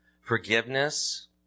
Forgiveness